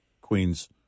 Queen's